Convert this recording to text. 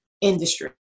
industry